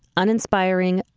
uninspiring,